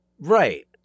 Right